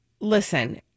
listen